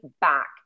back